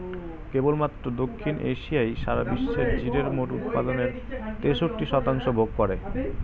কেবলমাত্র দক্ষিণ এশিয়াই সারা বিশ্বের জিরের মোট উৎপাদনের তেষট্টি শতাংশ ভোগ করে